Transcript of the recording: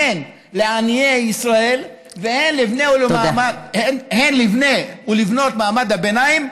הן לעניי ישראל והן לבני ולבנות מעמד הביניים,